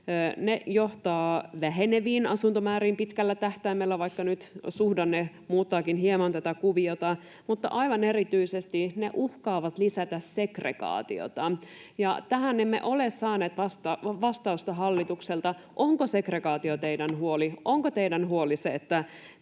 johtavat väheneviin asuntomääriin pitkällä tähtäimellä, vaikka nyt suhdanne muuttaakin hieman tätä kuviota, mutta aivan erityisesti ne uhkaavat lisätä segregaatiota. Tähän emme ole saaneet vastausta hallitukselta, onko segregaatio teidän huolenne — onko teidän huolenne se, että